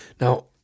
Now